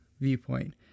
viewpoint